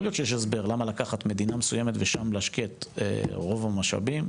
יכול להיות שיש הסבר ללמה לקחת מדינה מסוימת ושם להשקיע את רוב המשאבים.